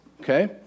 okay